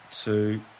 two